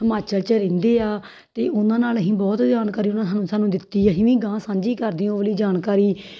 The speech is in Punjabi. ਹਿਮਾਚਲ 'ਚ ਰਹਿੰਦੇ ਆ ਅਤੇ ਉਹਨਾਂ ਨਾਲ ਅਸੀਂ ਬਹੁਤ ਜਾਣਕਾਰੀ ਉਹਨਾਂ ਸਾਨੂੰ ਸਾਨੂੰ ਦਿੱਤੀ ਅਸੀਂ ਵੀ ਅਗਾਂਹ ਸਾਂਝੀ ਕਰਦੀ ਉਹ ਵਾਲੀ ਜਾਣਕਾਰੀ